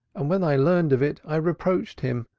and when i learned of it i reproached him,